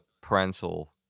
parental